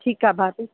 ठीकु आहे भाभी